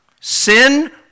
Sin